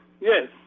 Yes